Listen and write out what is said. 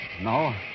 No